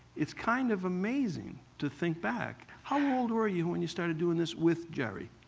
it's kind of amazing to think back. how old were you when you started doing this with gerry?